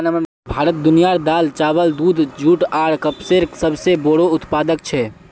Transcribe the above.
भारत दुनियार दाल, चावल, दूध, जुट आर कपसेर सबसे बोड़ो उत्पादक छे